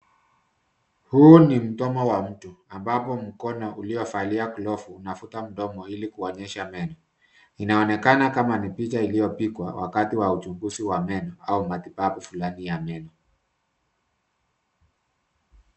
Huu ni mdomo wa mtu, ambapo mkono uliovalia glovu unavuta mdomo ili kuonyesha meno. Inaonekana kama ni picha iliyopigwa wakati wa uchunguzi wa meno au matibabu fulani ya meno.